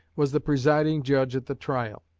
was the presiding judge at the trial.